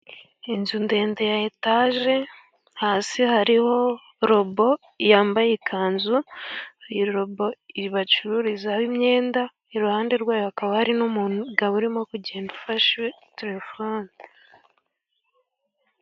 Inzu ndende ya etaje hasi hariho robo yambaye ikanzu, irobo iri bacururizaho imyenda. Iruhande rwayo hakaba hari n'umugabo urimo kugenda ufashe telefone.